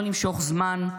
לא למשוך זמן,